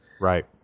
Right